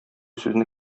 сүзне